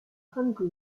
hungry